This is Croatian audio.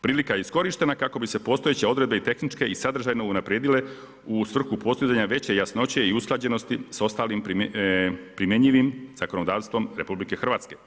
Prilika je iskorištena kako bi se postojeće odredbe i tehničke i sadržajno unaprijedile u svrhu postizanje veće jasnoće i usklađenosti s ostalim primjenjivim zakonodavstvom RH.